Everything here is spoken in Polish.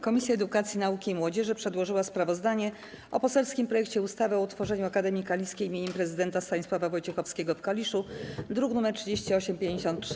Komisja Edukacji, Nauki i Młodzieży przedłożyła sprawozdanie o poselskim projekcie ustawy o utworzeniu Akademii Kaliskiej im. Prezydenta Stanisława Wojciechowskiego w Kaliszu, druk nr 3853.